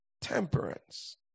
temperance